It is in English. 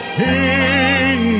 king